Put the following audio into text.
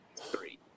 three